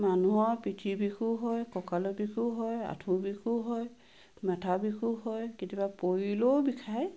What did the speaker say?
মানুহৰ পিঠিৰ বিষো হয় ককালৰ বিষো হয় আঠু বিষো হয় মাঠা বিষো হয় কেতিয়াবা পৰিলেও বিষায়